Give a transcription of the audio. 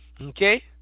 Okay